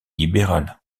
libéral